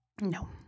No